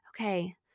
okay